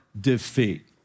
defeat